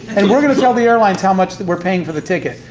and we're gonna tell the airlines how much that we're paying for the ticket.